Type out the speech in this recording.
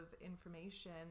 information